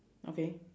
okay